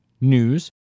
news